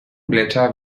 blätter